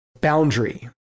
boundary